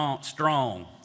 strong